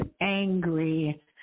angry